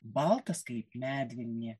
baltas kaip medvilnė